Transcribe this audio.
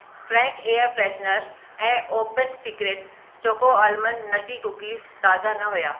Frank air freshener ऐं open secret choco almond nutty cookies ताज़ा न हुया